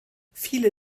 viele